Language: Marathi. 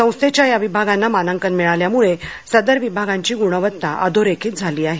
संस्थेच्या या विभागांना मानांकन मिळाल्या मुळे सदर विभागांची गुणवत्ता अधोरेखित झाली आहे